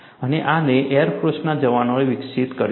અને આને એર ફોર્સના જવાનોએ વિકસિત કર્યું છે